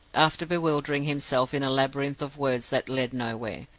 after bewildering himself in a labyrinth of words that led nowhere,